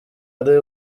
ari